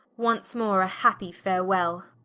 once more a happy farewell